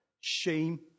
shame